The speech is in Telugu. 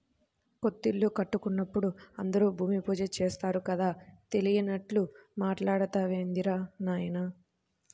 కొత్తిల్లు కట్టుకుంటున్నప్పుడు అందరూ భూమి పూజ చేత్తారు కదా, తెలియనట్లు మాట్టాడతావేందిరా నాయనా